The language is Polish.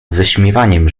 wyśmiewaniem